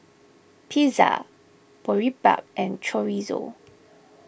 Pizza Boribap and Chorizo